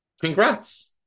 Congrats